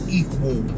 equal